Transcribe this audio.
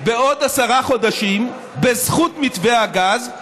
בעוד עשרה חודשים, בזכות מתווה הגז,